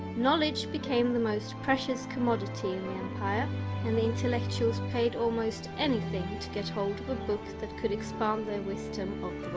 knowledge became the most precious commodity in the empire and the intellectuals paid almost anything to get hold of a book that could expand their wisdom